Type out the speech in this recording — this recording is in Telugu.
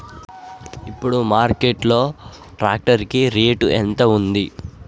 ఇప్పుడు మార్కెట్ లో ట్రాక్టర్ కి రేటు ఎంత ఉంది?